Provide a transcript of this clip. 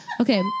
Okay